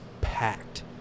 packed